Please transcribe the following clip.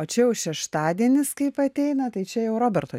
o čia jau šeštadienis kaip ateina tai čia jau roberto